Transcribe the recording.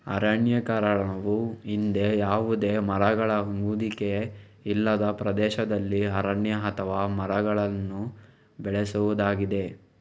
ಅರಣ್ಯೀಕರಣವು ಹಿಂದೆ ಯಾವುದೇ ಮರಗಳ ಹೊದಿಕೆ ಇಲ್ಲದ ಪ್ರದೇಶದಲ್ಲಿ ಅರಣ್ಯ ಅಥವಾ ಮರಗಳನ್ನು ಬೆಳೆಸುವುದಾಗಿದೆ